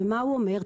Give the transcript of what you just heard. ומה הוא אומר?